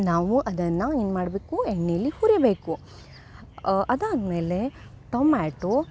ನಾವು ಅದನ್ನು ಏನು ಮಾಡಬೇಕು ಎಣ್ಣೇಲಿ ಹುರಿಯಬೇಕು ಅದಾದಮೇಲೆ ಟೊಮ್ಯಾಟೋ